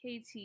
KT